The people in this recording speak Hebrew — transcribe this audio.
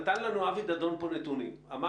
אבי דדון נתן לנו פה נתונים.